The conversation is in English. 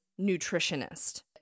nutritionist